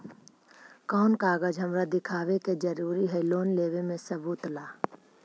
कौन कागज हमरा दिखावे के जरूरी हई लोन लेवे में सबूत ला?